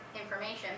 information